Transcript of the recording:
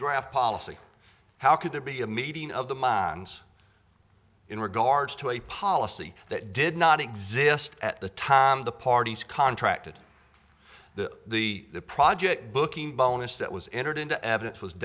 draft policy how could there be a meeting of the minds in regards to a policy that did not exist at the time the parties contracted the the the project booking bonus that was entered into evidence was